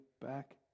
back